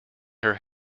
her